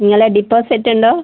നിങ്ങളുടെ ഡിപ്പോസിറ്റ് ഉണ്ടോ